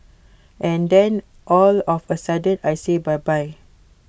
and then all of A sudden I say bye bye